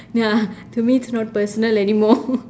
ya to me it's not personal anymore